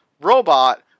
robot